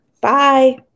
Bye